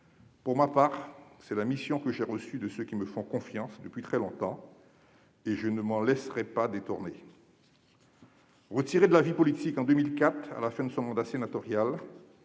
Pour ma part, c'est la mission que j'ai reçue de ceux qui me font confiance depuis très longtemps et je ne m'en laisserai pas détourner. » Retiré de la vie politique à la fin de son mandat sénatorial